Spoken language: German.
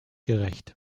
gerecht